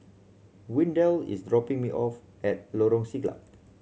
Windell is dropping me off at Lorong Siglap